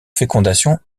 fécondation